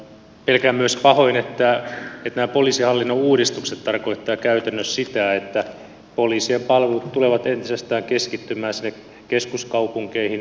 pelkään myös pahoin että nämä poliisihallinnon uudistukset tarkoittavat käytännössä sitä että poliisin palvelut tulevat entisestään keskittymään sinne keskuskaupunkeihin taajamiin